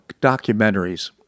documentaries